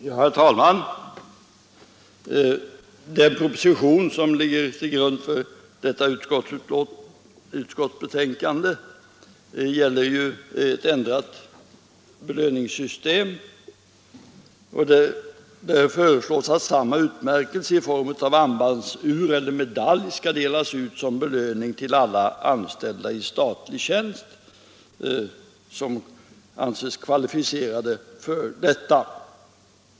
Herr talman! Den proposition som ligger till grund för konstitutionsutskottets betänkande nr 27 gäller ju ett ändrat belöningssystem. Där föreslås att samma utmärkelse i form av armbandsur eller medalj skall delas ut till alla anställda i statlig tjänst som anses kvalificerade för detta.